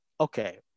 okay